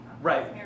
Right